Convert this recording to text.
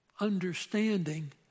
understanding